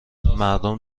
مردم